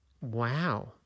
Wow